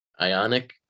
Ionic